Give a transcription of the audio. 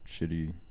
shitty